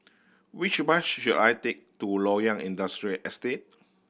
which bus should should I take to Loyang Industrial Estate